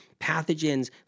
pathogens